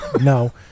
No